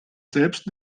selbst